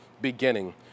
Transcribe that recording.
beginning